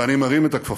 ואני מרים את הכפפה.